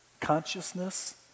consciousness